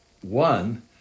One